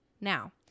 Now